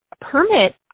permit